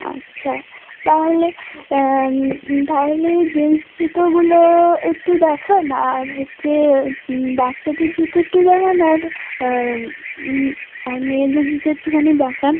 আচ্ছা তাহলে তাহলে জেন্টস জুতোগুলো এক্টু দেখান আর হচ্ছে বাচ্চাদের জুতো একটু দেখান আর আর মেয়েদের জুতো এক্টুখানি দেখান